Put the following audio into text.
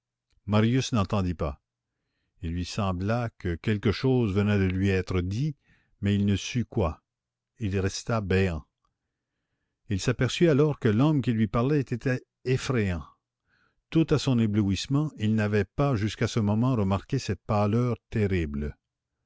marius n'entendit pas il lui sembla que quelque chose venait de lui être dit mais il ne sut quoi il resta béant il s'aperçut alors que l'homme qui lui parlait était effrayant tout à son éblouissement il n'avait pas jusqu'à ce moment remarqué cette pâleur terrible